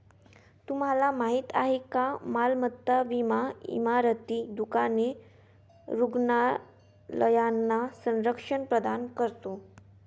तुम्हाला माहिती आहे का मालमत्ता विमा इमारती, दुकाने, रुग्णालयांना संरक्षण प्रदान करतो